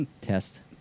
Test